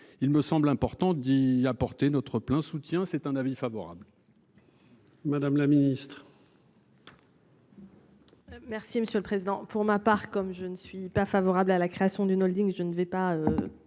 Il me semble important d'y apporter notre plein soutien. C'est un avis favorable.